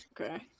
Okay